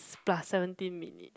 plus seventeen minutes